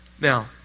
Now